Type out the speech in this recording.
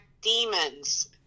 demons